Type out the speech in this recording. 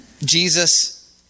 Jesus